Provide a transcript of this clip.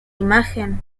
imagen